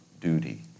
duty